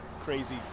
crazy